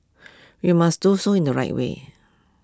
we must do so in the right way